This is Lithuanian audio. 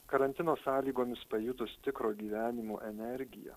karantino sąlygomis pajutus tikro gyvenimo energiją